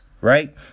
Right